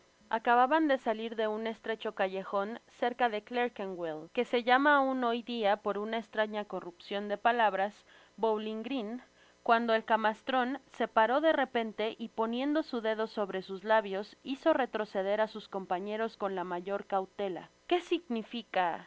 acababan de salir de un estrecho callejon cerca de clerkenwell que se llama aun hoy dia por una estraña corrupcion de palabras bqulingrin cuando el camastron se paró de repente y poniendo su dedo sobre sus labios hizo retroceder á sus compañeros con la mayor cautela que significa